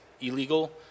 illegal